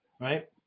right